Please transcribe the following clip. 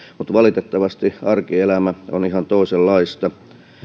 mutta valitettavasti arkielämä on ihan toisenlaista